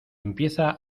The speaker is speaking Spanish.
empieza